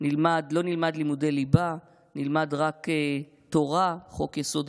לא נלמד לימודי ליבה, נלמד רק תורה, חוק-יסוד: